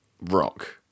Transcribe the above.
rock